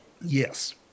Yes